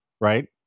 right